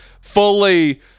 fully